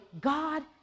God